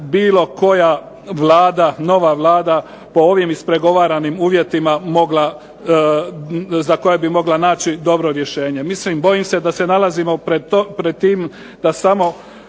bilo koja Vlada, nova Vlada po ovim ispregovaranim uvjetima za koja bi mogla naći dobro rješenje. Mislim bojim se da se nalazimo pred tim da samo